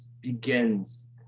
begins